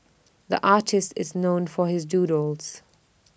the artist is known for his doodles